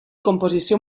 composició